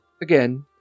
again